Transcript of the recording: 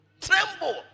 tremble